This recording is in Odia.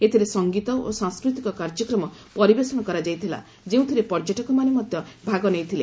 ଏଥିରେ ସଂଗୀତ ଓ ସାଂସ୍କୃତିକ କାର୍ଯ୍ୟକ୍ରମ ପରିବେଷଣ କରାଯାଇଥିଲା ଯେଉଁଥିରେ ପର୍ଯ୍ୟଟକମାନେ ମଧ୍ୟ ଭାଗ ନେଇଥିଲେ